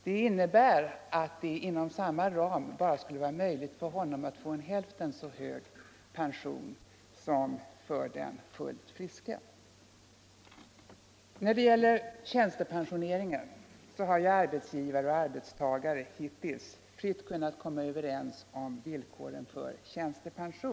Det innebär att det inom samma ram bara skulle vara möjligt för honom att få en hälften så hög pension som den fullt friske. När det gäller tjänstepensioneringen har arbetsgivare och arbetstagare hittills fritt kunnat komma överens om villkoren.